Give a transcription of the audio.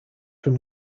from